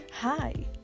Hi